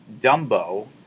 Dumbo